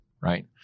right